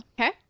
Okay